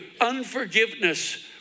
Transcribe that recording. unforgiveness